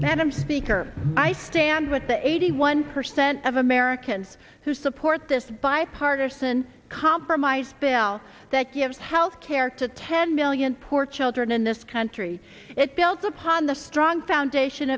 madam speaker i stand with the eighty one percent of americans who support this bipartisan compromise bill that gives health care to ten million poor children in this country it builds upon the strong foundation